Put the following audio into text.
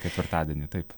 ketvirtadienį taip